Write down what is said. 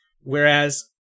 Whereas